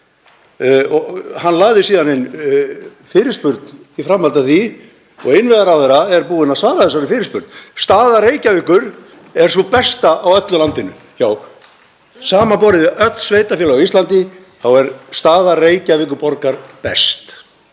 Hann lagði síðan inn fyrirspurn í framhaldi af því og innviðaráðherra er búinn að svara þessari fyrirspurn. Staða Reykjavíkur er sú besta á öllu landinu. Samanborið við öll sveitarfélög á Íslandi er staða Reykjavíkurborgar best.